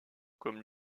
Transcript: comme